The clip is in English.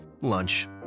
lunch